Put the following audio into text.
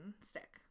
stick